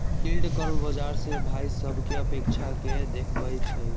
yield curve बाजार से भाइ सभकें अपेक्षा के देखबइ छइ